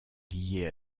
liées